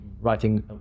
Writing